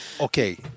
okay